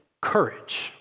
courage